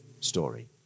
story